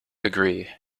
agree